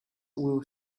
will